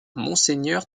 monseigneur